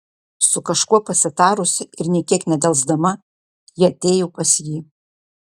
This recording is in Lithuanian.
su kažkuo pasitarusi ir nė kiek nedelsdama ji atėjo pas jį